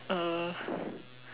uh